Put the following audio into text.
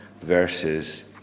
verses